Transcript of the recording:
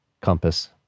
compass